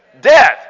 Death